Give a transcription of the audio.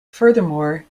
furthermore